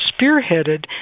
spearheaded